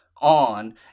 on